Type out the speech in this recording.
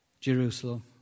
Jerusalem